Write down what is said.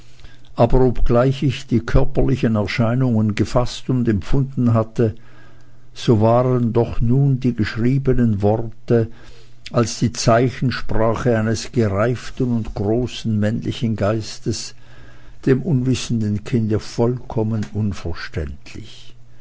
aber obgleich ich die körperlichen erscheinungen gefaßt und empfunden hatte so waren doch nun die geschriebenen worte als die zeichensprache eines gereiften und großen männlichen geistes dem unwissenden kinde vollkommen unverständlich